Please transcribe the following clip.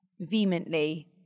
vehemently